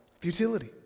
Futility